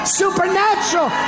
supernatural